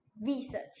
research